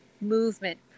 movement